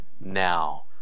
now